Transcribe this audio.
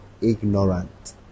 ignorant